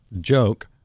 joke